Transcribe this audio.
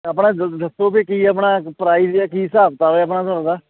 ਆਪਣਾ ਦ ਦੱਸੋ ਵੀ ਕੀ ਆਪਣਾ ਪ੍ਰਾਈਜ ਆ ਕੀ ਹਿਸਾਬ ਕਿਤਾਬ ਆ ਆਪਣਾ ਤੁਹਾਡਾ